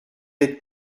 d’être